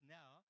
now